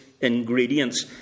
ingredients